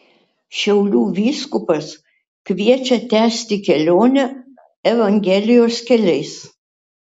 šiaulių vyskupas kviečia tęsti kelionę evangelijos keliais